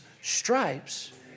stripes